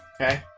Okay